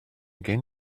gen